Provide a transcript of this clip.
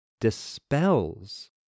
dispels